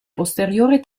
posteriore